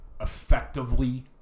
effectively